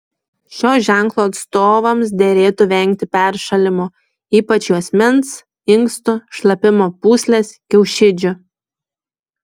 šio ženklo atstovams derėtų vengti peršalimo ypač juosmens inkstų šlapimo pūslės kiaušidžių